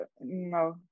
no